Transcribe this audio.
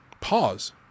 pause